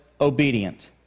obedient